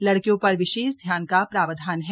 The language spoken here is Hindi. लड़कियों पर विशेष ध्यान का प्रावधान है